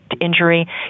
injury